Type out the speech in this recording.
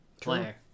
player